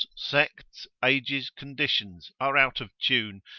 sects, ages, conditions, are out of tune,